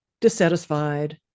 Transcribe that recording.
dissatisfied